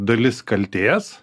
dalis kaltės